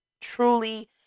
truly